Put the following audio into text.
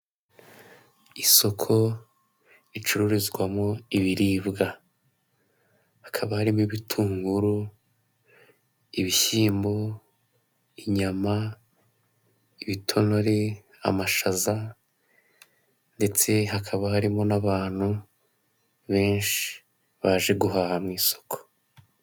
Isoko ricururizwamo ibiribwa, hakaba arimo ibitunguru, ibishyimbo, inyama, ibitonore, amashaza ndetse hakaba harimo n'abantu benshi baje guhaha mu isoko.